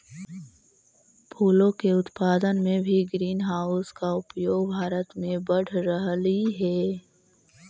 फूलों के उत्पादन में भी ग्रीन हाउस का उपयोग भारत में बढ़ रहलइ हे